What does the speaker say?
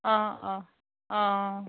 অঁ অঁ অঁ